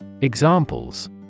Examples